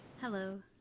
Hello